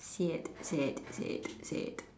sad sad sad sad